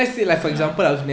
ya